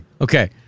okay